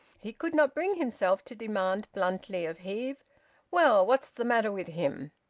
he could not bring himself to demand bluntly of heve well, what's the matter with him?